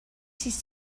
sis